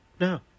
No